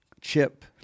Chip